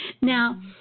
Now